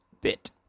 bit